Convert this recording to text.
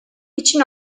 için